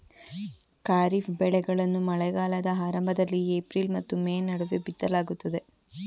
ಖಾರಿಫ್ ಬೆಳೆಗಳನ್ನು ಮಳೆಗಾಲದ ಆರಂಭದಲ್ಲಿ ಏಪ್ರಿಲ್ ಮತ್ತು ಮೇ ನಡುವೆ ಬಿತ್ತಲಾಗುತ್ತದೆ